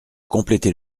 compléter